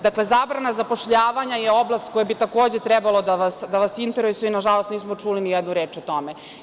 Dakle, zabrana zapošljavanja je oblast koja bi takođe trebalo da vas interesuje, a mi na žalost nismo čuli ni jednu reč o tome.